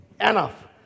enough